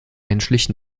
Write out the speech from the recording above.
menschlich